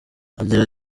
agira